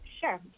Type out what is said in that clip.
Sure